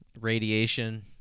Radiation